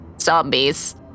Zombies